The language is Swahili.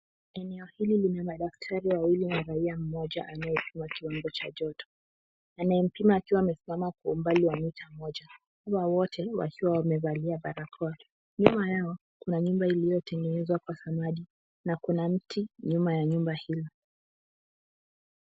Eneo hili lina madaktari wawili na raia mmoja anayepimwa kiwango cha joto, anayempima amesimama kwa umbali wa mita moja wote wakiwa wamevalia barakoa, nyuma yao kuna nyumba iliyotengenezwa kwa samadi na kuna mti nyuma ya nyumba hilo.